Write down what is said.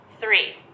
Three